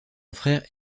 frère